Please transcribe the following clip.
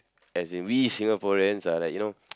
as in we Singaporeans are like you know